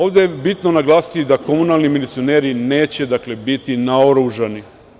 Ovde je bitno naglasiti da komunalni milicioneri neće, dakle, biti naoružani.